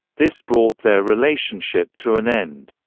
this brought their relationship to an end.